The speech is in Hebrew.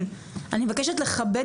אמנם במדינת ישראל משתנים